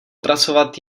pracovat